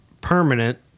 permanent